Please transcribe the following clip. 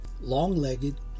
long-legged